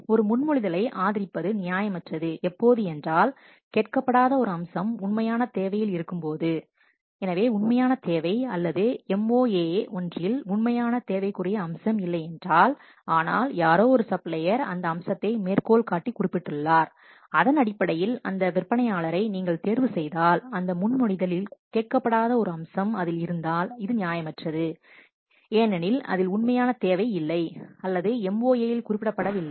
ஒரு முன்மொழிதலை ஆதரிப்பது நியாயமற்றது எப்போது என்றால் கேட்கப்படாத ஒரு அம்சம் உண்மையான தேவையில் இருக்கும்போது எனவே உண்மையான தேவை அல்லது MoA ஒன்றில் உண்மையான தேவைக்குரிய அம்சம் இல்லை என்றால் ஆனால் யாரோ ஒரு சப்ளையர் அந்த அம்சத்தைக் மேற்கோள்காட்டி குறிப்பிட்டுள்ளார் அதன் அடிப்படையில் அந்த விற்பனையாளரை நீங்கள் தேர்வுசெய்தால் அந்த முன்மொழிதலில் கேட்கப்படாத ஒரு அம்சம் அதில் இருந்தால் இது நியாயமற்றது ஏனெனில் அதில் உண்மையான தேவை இல்லை அல்லது MoA இல் குறிப்பிடப்படவில்லை